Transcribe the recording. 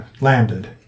landed